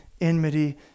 enmity